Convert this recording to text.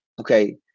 okay